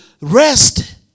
Rest